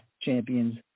Champions